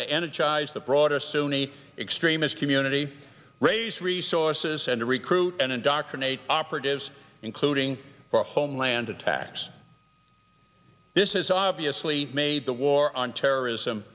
to energize the broader sunni extremist community raise resources and to recruit and indoctrinate operatives including for homeland attacks this has obviously made the war on terrorism